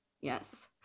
Yes